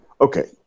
Okay